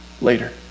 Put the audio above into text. later